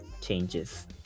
changes